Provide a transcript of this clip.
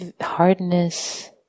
hardness